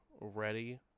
ready